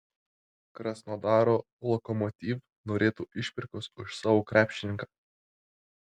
krasnodaro lokomotiv norėtų išpirkos už savo krepšininką